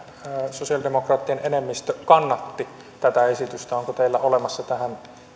sosialidemokraattien enemmistö kannatti tätä esitystä onko teillä olemassa tähän